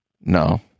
No